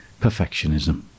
perfectionism